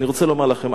אני רוצה לומר לכם,